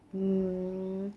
um